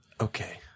Okay